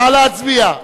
נא להצביע.